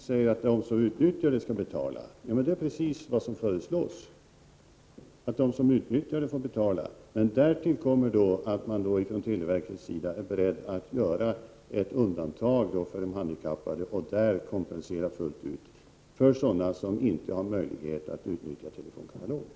Herr talman! Nu börjar vi bli överens, Barbro Sandberg och jag. Nu säger hon att de som utnyttjar tjänsten skall betala. Det är precis vad som föreslås! Därtill kommer att man från televerkets sida är beredd att göra ett undantag för de handikappade och där kompensera fullt ut för sådana som inte har möjlighet att använda telefonkatalog.